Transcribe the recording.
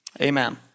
Amen